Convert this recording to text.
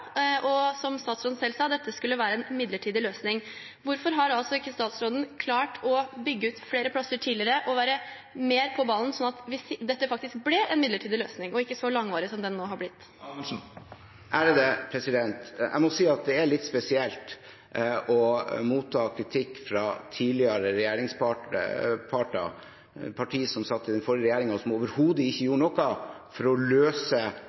Som statsråden selv sa, skulle dette være en midlertidig løsning. Hvorfor har ikke statsråden klart å bygge ut flere plasser tidligere og være mer på ballen slik at dette faktisk ble en midlertidig løsning, og ikke så langvarig som den nå har blitt? Jeg må si at det er litt spesielt å motta kritikk fra et tidligere regjeringsparti – et parti som satt i den tidligere regjeringen, og som overhodet ikke gjorde noe for å løse